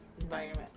environment